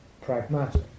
pragmatic